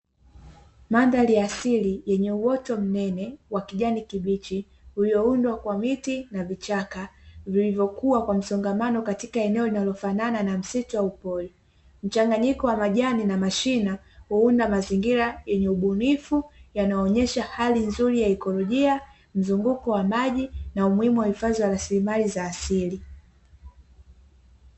Mandhari ya asili, yenye uoto mnene wa kijani kibichi, ulioundwa kwa miti na vichaka vilivyokua kwa msongamano katika eneo linalofanana na msitu au pori, mchanganyiko wa majani na mashina huunda mazingira yenye ubunifu, yanaonesha hali nzuri ya ikolojia, mzunguko wa maji na umuhimu wa hifadhi rasilimali za asili.